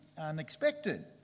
unexpected